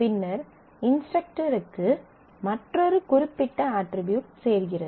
பின்னர் இன்ஸ்ட்ரக்டருக்கு மற்றொரு குறிப்பிட்ட அட்ரிபியூட் சேர்க்கிறது